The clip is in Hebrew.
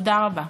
תודה רבה.